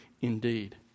indeed